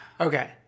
Okay